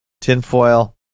tinfoil